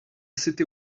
city